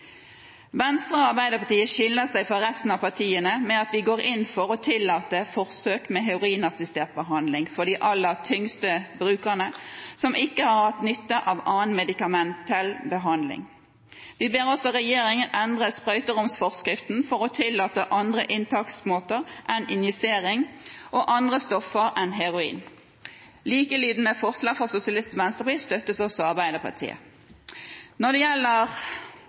Venstre og Arbeiderpartiet skiller seg fra resten av partiene ved at vi går inn for å tillate forsøk med heroinassistert behandling for de aller tyngste brukerne som ikke har hatt nytte av annen medikamentell behandling. Vi ber også regjeringen endre sprøyteromsforskriften for å tillate andre inntaksmåter enn injisering og andre stoffer enn heroin. Likelydende forslag fra Sosialistisk Venstreparti støttes også av Arbeiderpartiet. Når det gjelder